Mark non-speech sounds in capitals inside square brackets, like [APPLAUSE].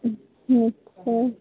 [UNINTELLIGIBLE]